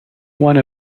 one